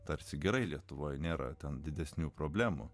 tarsi gerai lietuvoje nėra ten didesnių problemų